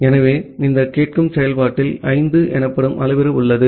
ஆகவே இந்த கேட்கும் செயல்பாட்டில் 5 எனப்படும் அளவுரு உள்ளது